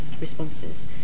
responses